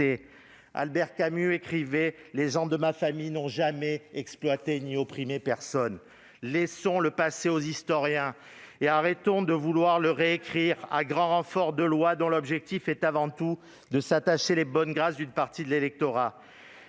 Albert Camus écrivait que les gens de sa famille n'avaient « jamais exploité ni opprimé personne ». Laissons le passé aux historiens et cessons de vouloir le réécrire à grand renfort de lois dont l'objectif est avant tout de s'attacher les bonnes grâces d'une partie de l'électorat.